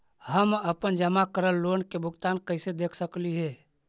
हम अपन जमा करल लोन के भुगतान कैसे देख सकली हे?